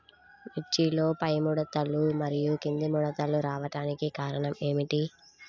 మిర్చిలో పైముడతలు మరియు క్రింది ముడతలు రావడానికి కారణం ఏమిటి?